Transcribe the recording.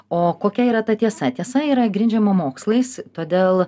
o kokia yra ta tiesa tiesa yra grindžiama mokslais todėl